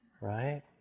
Right